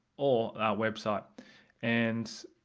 or, our website and